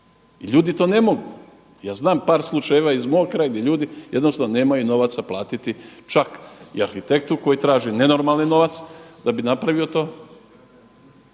I ljudi to ne mogu. Ja znam par slučajeva iz mog kraja gdje ljudi jednostavno nemaju novaca platiti čak i arhitektu koji traži nenormalni novac da bi napravio to.